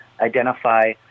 identify